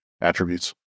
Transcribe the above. attributes